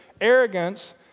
arrogance